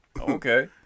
Okay